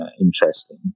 interesting